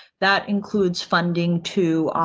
that includes funding to